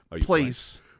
place